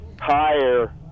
higher